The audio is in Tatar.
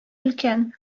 өлкән